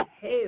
hell